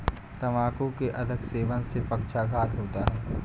तंबाकू के अधिक सेवन से पक्षाघात होता है